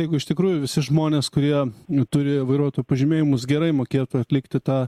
jeigu iš tikrųjų visi žmonės kurie turi vairuotojo pažymėjimus gerai mokėtų atlikti tą